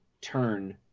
turn